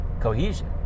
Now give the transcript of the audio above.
cohesion